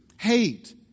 hate